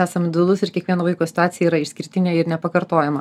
esam individualus ir kiekvieno vaiko situacija yra išskirtinė ir nepakartojama